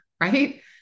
right